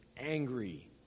angry